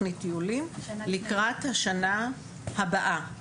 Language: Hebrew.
תכנית טיולים לקראת השנה הבאה,